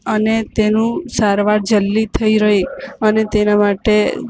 અને તેનું સારવાર જલ્દી થઈ રહે અને તેના માટે